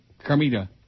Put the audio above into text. Carmita